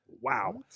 Wow